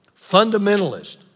fundamentalist